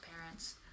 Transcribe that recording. parents